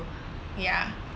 ya